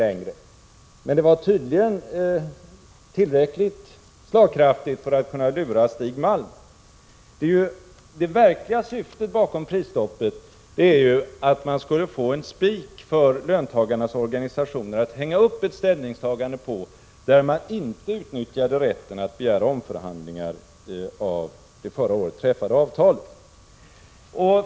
Ändå var det tydligen tillräckligt slagkraftigt för att kunna lura Stig Malm. Det verkliga syftet med genomförandet av prisstoppet var att ge löntagarnas organisationer en spik på vilken man kunde hänga upp ett ställningstagande att inte utnyttja rätten att begära omförhandlingar av det förra året träffade avtalet.